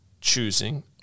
choosing